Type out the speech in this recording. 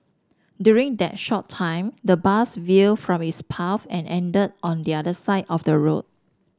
during that short time the bus will from its path and ended on the other side of the road